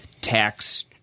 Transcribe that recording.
tax